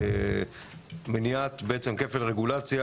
ומניעת כפל רגולציה.